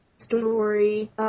story